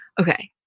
Okay